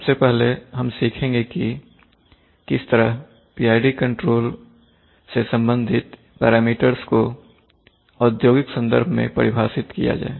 सबसे पहले हम यह सीखेंगे की किस तरह PID कंट्रोल से संबंधित पैरामीटर्स को औद्योगिक संदर्भ में परिभाषित किया जाए